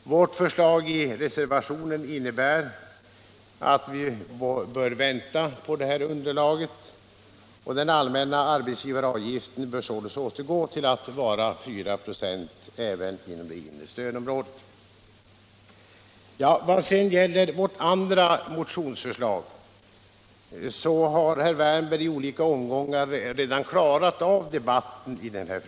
Vårt förslag i reservationen innebär att vi bör vänta på detta underlag, och den allmänna arbetsgivaravgiften bör således återgå till att vara 4 26 även inom det inre stödområdet. Vad sedan gäller vårt andra motionsförslag har herr Wärnberg i olika omgångar redan klarat av debatten i den frågan.